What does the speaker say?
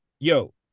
yo